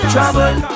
Trouble